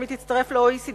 אם תצטרף ל-OECD,